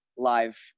Live